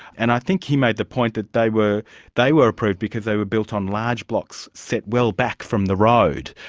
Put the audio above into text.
and i think he made the point that they were they were approved because they were built on large blocks set well back from the road.